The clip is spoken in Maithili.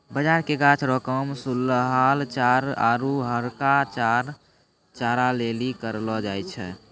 बाजरा के गाछ रो काम सुखलहा चारा आरु हरका चारा लेली करलौ जाय छै